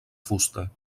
fusta